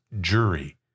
jury